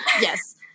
yes